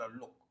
look